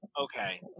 okay